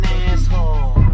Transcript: asshole